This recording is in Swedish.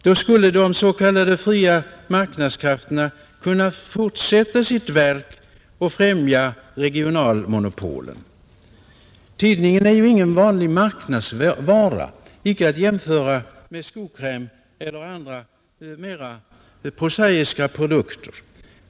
Då skulle de s.k. fria marknadskrafterna kunna fortsätta sitt verk och främja regional monopolen, Tidningen är ingen vanlig marknadsvara — icke att jämföra med skokräm eller andra mer prosaiska produkter.